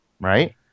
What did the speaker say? right